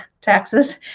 taxes